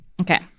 Okay